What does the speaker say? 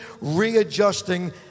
readjusting